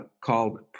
called